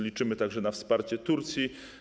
Liczymy więc także na wsparcie Turcji.